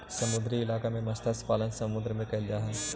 समुद्री इलाकों में मत्स्य पालन समुद्र में करल जा हई